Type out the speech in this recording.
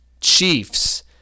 chiefs